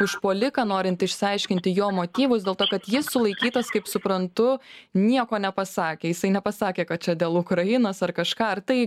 užpuoliką norint išsiaiškinti jo motyvus dėl to kad jis sulaikytas kaip suprantu nieko nepasakė jisai nepasakė kad čia dėl ukrainos ar kažką ar tai